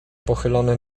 pochylony